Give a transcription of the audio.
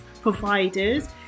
providers